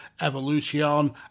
Evolution